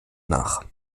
nach